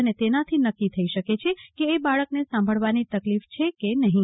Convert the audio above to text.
અને તેનાથી નક્કી થઇ શકે છે કે એ બાળકને સાંભળવાનીતકલીફ છે કે નફી